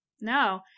No